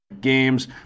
games